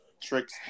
tricks